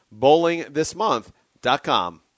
BowlingThisMonth.com